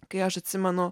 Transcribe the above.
kai aš atsimenu